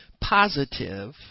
positive